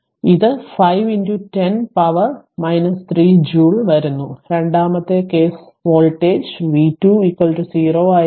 അതിനാൽ ഇത് 5 10 പവറിന്റെ 3 ജൂൾ വരുന്നു രണ്ടാമത്തെ കേസ് വോൾട്ടേജ് v2 0 ആയിരുന്നു